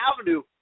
Avenue